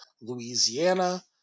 Louisiana